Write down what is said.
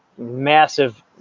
massive